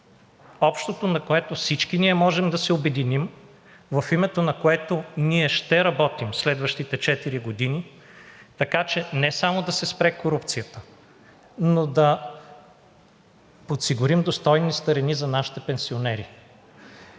Общото, за което всички ние можем да се обединим, в името на което ние ще работим в следващите четири години, така че не само да се спре корупцията, но да подсигурим достойни старини за нашите пенсионери,